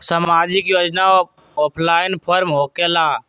समाजिक योजना offline form होकेला?